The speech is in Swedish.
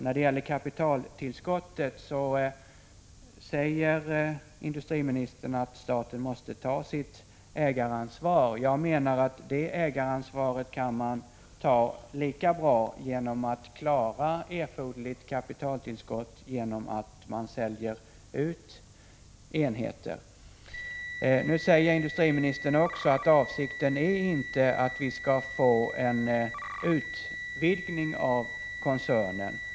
När det gäller kapitaltillskottet säger industriministern att staten måste ta sitt ägaransvar. Jag menar att man kan ta det ägaransvaret lika bra och klara erforderligt kapitaltillskott genom att sälja ut enheter. Nu säger industriministern också att avsikten inte är att vi skall få en utvidgning av koncernen.